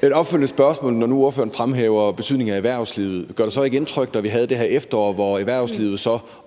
har et opfølgende spørgsmål. Når nu ordføreren fremhæver betydningen af erhvervslivet, gør det så ikke indtryk, at vi havde det her efterår, hvor erhvervslivet også